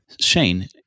Shane